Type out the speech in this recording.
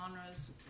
genres